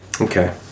Okay